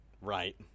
Right